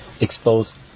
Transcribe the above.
exposed